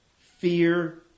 fear